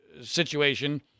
situation